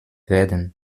werden